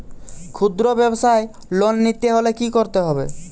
খুদ্রব্যাবসায় লোন নিতে হলে কি করতে হবে?